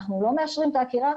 אנחנו לא מאשרים את העקירה,